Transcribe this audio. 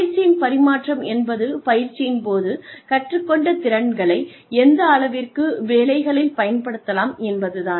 பயிற்சியின் பரிமாற்றம் என்பது பயிற்சியின் போது கற்றுக்கொண்ட திறன்களை எந்த அளவிற்கு வேலைகளில் பயன்படுத்தலாம் என்பதுதான்